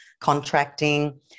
contracting